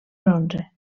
bronze